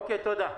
אוקיי, תודה.